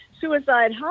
suicide